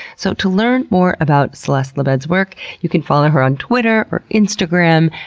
so to learn more about celeste labedz's work you can follow her on twitter or instagram,